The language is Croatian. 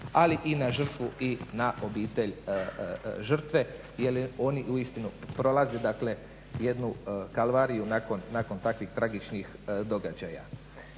ali i na žrtvu i na obitelj žrtve, jer oni uistinu prolaze, dakle jednu kalvariju nakon takvih tragičnih događaja.